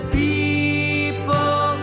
people